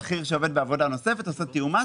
שכיר שעובד בעבודה נוספת עושה תיאום מס.